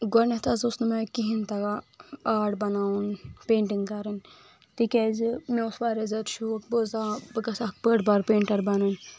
گۄڈٕنٮ۪تھ حظ اوس نہٕ مےٚ کہیٖنۍ تگان آٹ بناوُن پینٹنگ کرٕنۍ تِکیٛازِ مےٚ اوس واریاہ زیادٕ شوق بہٕ أسٕس دپان بہٕ گژھِ ہا بٔڑ بار پینٹر بنٕنۍ